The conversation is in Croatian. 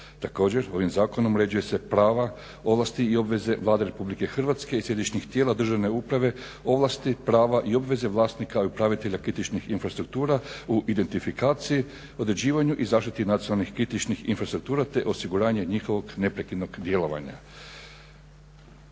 Također ovim zakonom uređuju se prava, ovlasti i obveze Vlade Republike Hrvatske i središnjih tijela državne uprave, ovlasti, prava i obveze vlasnika i upravitelja kritičnih infrastruktura u identifikaciji, određivanju i zaštiti nacionalnih kritičnih infrastruktura te osiguranje njihovog neprekidnog djelovanja.